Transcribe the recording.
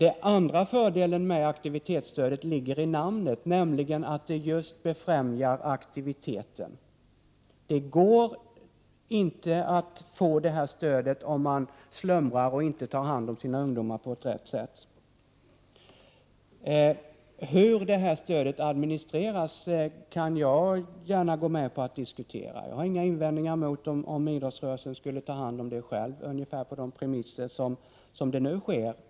En annan fördel med aktivitetsstödet ligger i namnet, nämligen att stödet just befrämjar aktiviteten. De klubbar som har dålig aktivitet och inte tar hand om sina ungdomar på rätt sätt kan inte få detta stöd. Jag kan gärna gå med på att diskutera hur detta stöd administreras. Jag har inga invändningar mot att idrottsrörelsen själv tar hand om det, ungefär på de premisser som nu gäller.